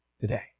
today